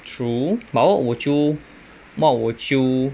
true but what would you what would you